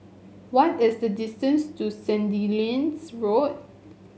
what is the distance to Sandilands Road